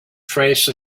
trace